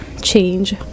change